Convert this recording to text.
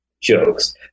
jokes